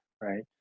right